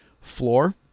floor